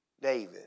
David